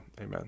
amen